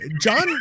John